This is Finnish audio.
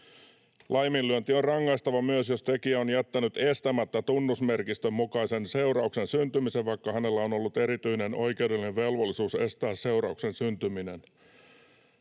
’Laiminlyönti on rangaistava myös, jos tekijä on jättänyt estämättä tunnusmerkistön mukaisen seurauksen syntymisen, vaikka hänellä on ollut erityinen oikeudellinen velvollisuus estää seurauksen syntyminen’